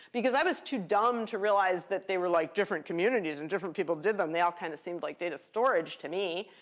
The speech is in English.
because i was too dumb to realize that they were like different communities and different people did them. they all kind of seemed like data storage to me.